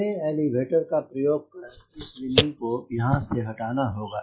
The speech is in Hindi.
हमें एलिवेटर का प्रयोग कर इस बिंदु को यहां से यहां हटाना होगा